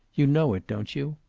you know it, don't you.